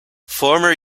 former